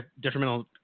detrimental